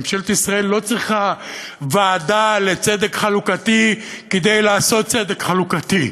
ממשלת ישראל לא צריכה ועדה לצדק חלוקתי כדי לעשות צדק חלוקתי.